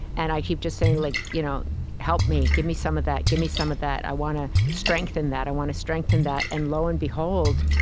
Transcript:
and i keep just saying, like you know help me. give me some of that. give me some of that. i want to strengthen that. i want to strengthen that. and lo and behold,